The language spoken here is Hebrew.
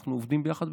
אנחנו עובדים ביחד,